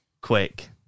quick